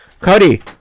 Cody